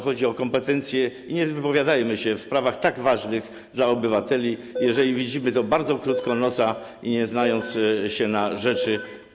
Chodzi o kompetencję i nie wypowiadajmy się w sprawach tak ważnych dla obywateli, jeżeli widzimy to bardzo krótkowzrocznie i nie znając się na rzeczy.